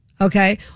okay